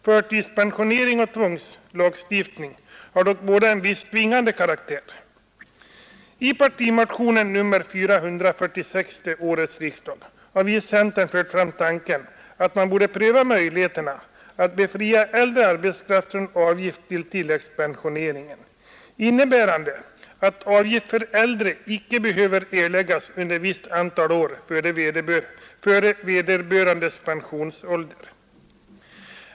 Förtidspensioneringen och den nämnda lagstiftningen har båda en viss tvingande karaktär. I partimotionen 446, som väckts vid årets riksdag, har vi i centern fört fram tanken att man borde pröva möjligheterna att befria äldre arbetskraft från avgift till tilläggspensioneringen. Det skulle innebära att avgift för äldre inte skulle behöva erläggas under visst antal år före vederbörandes pensionsålder.